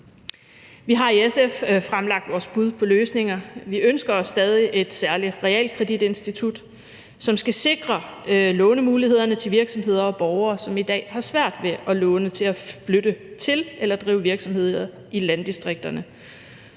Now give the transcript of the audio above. Vi har i SF fremlagt vores bud på løsninger. Vi ønsker os stadig et særligt realkreditinstitut, som skal sikre lånemulighederne til virksomheder og borgere, som i dag har svært ved at låne til at flytte til eller drive virksomheder i landdistrikterne,